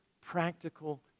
practical